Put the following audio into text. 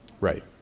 Right